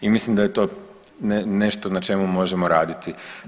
I mislim da je to nešto na čemu možemo raditi.